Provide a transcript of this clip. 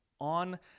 on